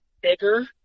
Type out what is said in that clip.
bigger